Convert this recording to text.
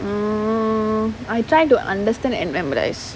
mm I trying to understand and memorise